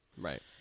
right